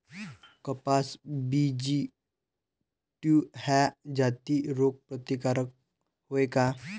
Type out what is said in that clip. कपास BG two ह्या जाती रोग प्रतिकारक हाये का?